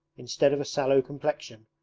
instead of a sallow complexion,